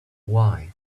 why